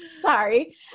sorry